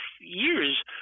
years